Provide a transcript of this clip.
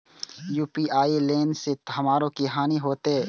UPI ने लेने से हमरो की हानि होते?